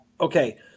okay